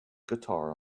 guitar